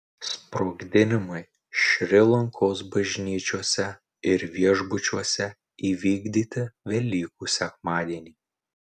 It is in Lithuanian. sprogdinimai šri lankos bažnyčiose ir viešbučiuose įvykdyti velykų sekmadienį